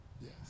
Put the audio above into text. Yes